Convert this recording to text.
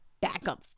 backup